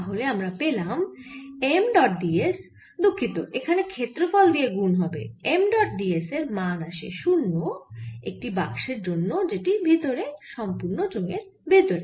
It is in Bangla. তাহলে আমরা পেলাম যে M ডট d s দুঃখিত এখানে ক্ষেত্রফল দিয়ে গুন হবে M ডট d s এর মান আসে 0 একটি বাক্সের জন্য যেটি ভেতরে সম্পুর্ণ চোঙের ভেতরে